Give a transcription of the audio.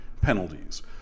penalties